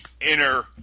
inner